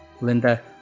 Linda